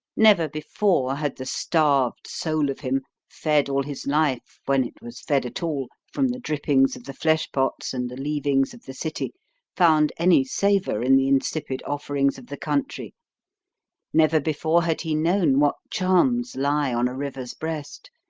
never before had the starved soul of him fed, all his life, when it was fed at all, from the drippings of the flesh-pots and the leavings of the city found any savour in the insipid offerings of the country never before had he known what charms lie on a river's breast,